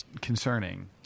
concerning